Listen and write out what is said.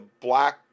black